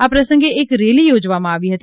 આ પ્રસંગે એક રેલી યોજવામાં આવી હતી